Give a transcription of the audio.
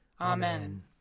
Amen